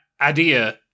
idea